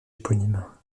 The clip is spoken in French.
éponyme